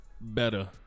better